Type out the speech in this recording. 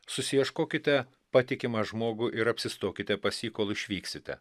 susiieškokite patikimą žmogų ir apsistokite pas jį kol išvyksite